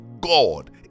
God